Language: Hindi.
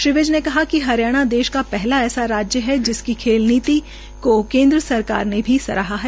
श्री विज ने कहा कि हरियाणा देश का पहला ऐसा राज्य है जिसकी खेल नीति को केन्द्र सरकार ने भी सराहा है